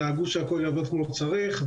דאגו שהכל יעבוד כמו שצריך,